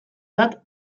bat